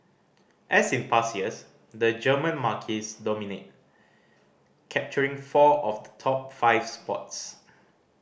as in past years the German marques dominate capturing four of the top five spots